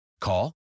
Call